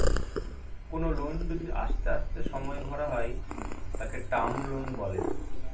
কোনো লোন যদি আস্তে আস্তে সময়ে ভরা হয় তাকে টার্ম লোন বলে